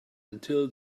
until